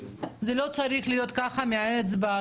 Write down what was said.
זה לא צריך להיות ככה באצבע,